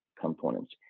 components